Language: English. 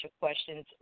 questions